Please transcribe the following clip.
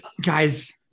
Guys